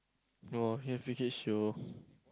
no show